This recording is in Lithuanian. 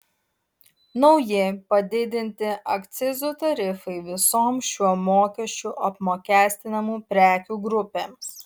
nauji padidinti akcizų tarifai visoms šiuo mokesčiu apmokestinamų prekių grupėms